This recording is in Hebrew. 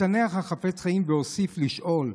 התאנח החפץ חיים והוסיף לשאול: